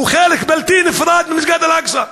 חלק בלתי נפרד ממסגד אל-אקצא,